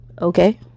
Okay